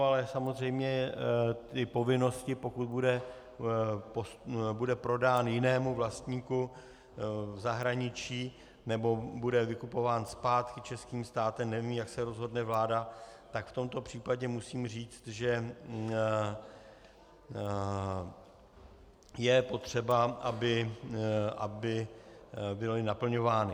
Ale samozřejmě povinnosti, pokud bude prodán jinému vlastníku v zahraničí, nebo bude vykupován zpátky českým státem, nevím, jak se rozhodne vláda, tak v tomto případě musí říct, že je potřeba, aby byly naplňovány.